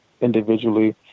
individually